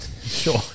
sure